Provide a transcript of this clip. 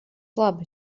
labi